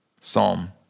Psalm